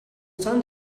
sun